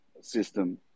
system